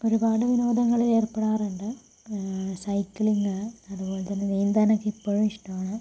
ഒരുപാട് വിനോദങ്ങളിൽ ഏർപ്പെടാറുണ്ട് സൈക്ലിങ്ങ് അതുപോലെത്തന്നെ നീന്താനൊക്കെ ഇപ്പോഴും ഇഷ്ടമാണ്